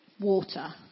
water